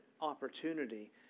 opportunity